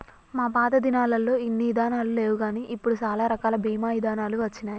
మా పాతదినాలల్లో ఇన్ని ఇదానాలు లేవుగాని ఇప్పుడు సాలా రకాల బీమా ఇదానాలు వచ్చినాయి